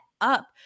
up